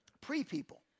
Pre-people